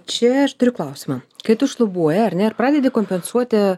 čia aš turiu klausimą kai tu šlubuoji ar ne ir pradedi kompensuoti